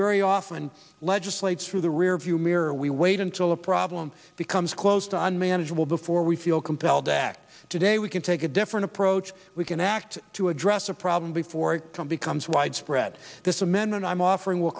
very often legislates through the rearview mirror we wait until a problem becomes close to an unmanageable before we feel compelled to act today we can take a different approach we can act to address a problem before it becomes widespread this amendment i'm offering will